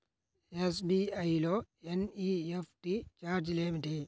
SBI లో NEFT ఛార్జీలు ఏమిటి?